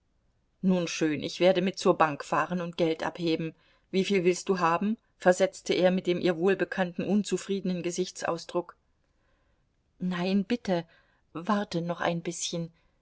nun schön ich werde mit zur bank fahren und geld abheben wieviel willst du haben versetzte er mit dem ihr wohlbekannten unzufriedenen gesichtsausdruck nein bitte warte noch ein bißchen